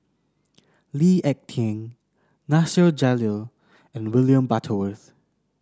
Lee Ek Tieng Nasir Jalil and William Butterworth